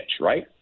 right